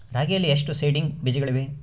ರಾಗಿಯಲ್ಲಿ ಎಷ್ಟು ಸೇಡಿಂಗ್ ಬೇಜಗಳಿವೆ?